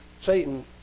Satan